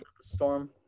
Storm